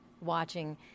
watching